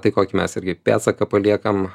tai kokį mes irgi pėdsaką paliekam